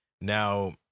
Now